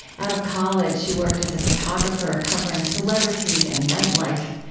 out of college, she worked as a photographer covering celebrities and nightlife.